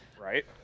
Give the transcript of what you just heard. right